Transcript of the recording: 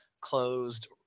closed